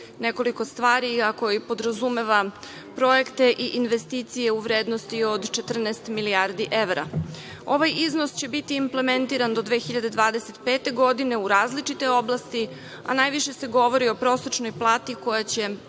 nekoliko stvari, a koje podrazumevaju projekte i investicije u vrednosti od 14 milijardi evra. Ovaj iznos će biti implementiran do 2025. godine, u različitoj oblasti, a najviše se govori o prosečnoj plati koja će